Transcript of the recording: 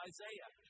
Isaiah